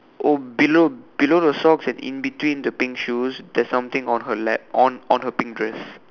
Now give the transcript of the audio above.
oh below below the socks and in between the pink shoes there's something on her lap on on her pink dress